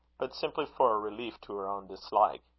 but simply for a relief to her own dislike.